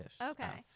okay